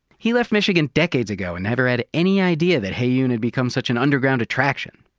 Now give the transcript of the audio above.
he left michigan decades ago and never had any idea that heyoon had become such an underground attraction.